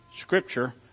scripture